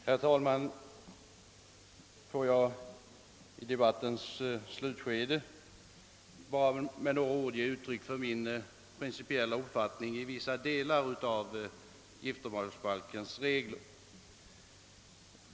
Herr talman! Får jag så här i debat tens slutskede bara med några ord ge uttryck för min principiella uppfattning om vissa delar av giftermålsbalkens regler.